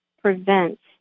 prevents